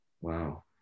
Wow